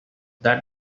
that